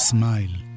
Smile